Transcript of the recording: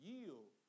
Yield